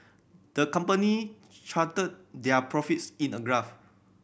the company charted their profits in a graph